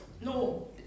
No